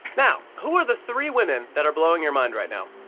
now, who are the three women that are blowing your mind right now?